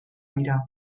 dira